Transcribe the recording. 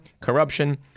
corruption